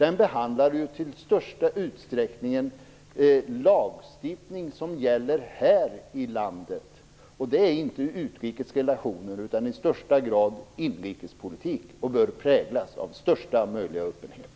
EU behandlar till största delen lagstiftning som gäller i det här landet. Det är då inte fråga om utrikes relationer utan i högsta grad inrikespolitik, och detta bör präglas av största möjliga öppenhet.